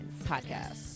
podcast